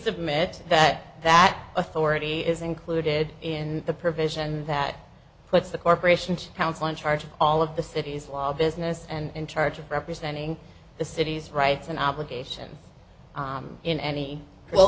submit that that authority is included in the provision that puts the corporation council in charge of all of the city's law business and charge of representing the city's rights an obligation in any well